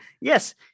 yes